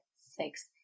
six